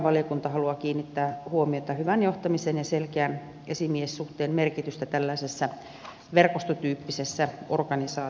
valiokunta haluaa kiinnittää huomiota hyvän johtamisen ja selkeän esimiessuhteen merkitykseen tällaisessa verkostotyyppisessä organisaatiossa